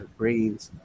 brains